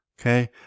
Okay